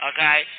Okay